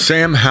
Sam